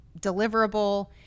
deliverable